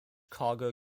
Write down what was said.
cargo